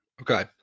Okay